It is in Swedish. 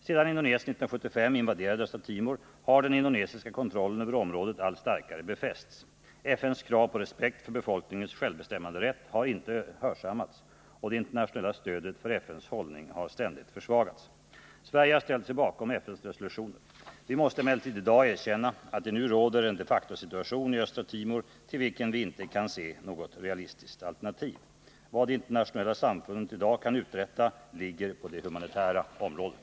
Sedan Indonesien 1975 invaderade Östra Timor har den indonesiska kontrollen över området allt starkare befästs. FN:s krav på respekt för befolkningens självbestämmanderätt har inte hörsammats, och det internationella stödet för FN:s hållning har ständigt försvagats. Sverige har ställt sig bakom FN:s resolutioner. Vi måste emellertid i dag erkänna att det nu råder en de facto-situation i Östra Timor till vilken vi inte 171 kan se något realistiskt alternativ. Vad det internationella samfundet i dag kan uträtta ligger på det humanitära området.